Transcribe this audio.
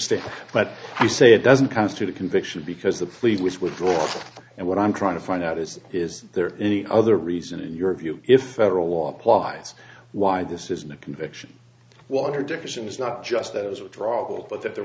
stand but you say it doesn't constitute a conviction because the fleet was withdrawn and what i'm trying to find out is is there any other reason in your view if federal law applies why this isn't a conviction water jefferson is not just that it was a draw but th